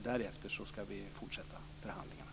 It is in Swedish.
Därefter skall vi fortsätta förhandlingarna.